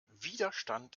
widerstand